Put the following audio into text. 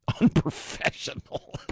Unprofessional